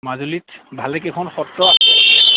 মাজুলীত ভালেকেইখন সত্ৰ